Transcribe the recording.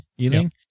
Ealing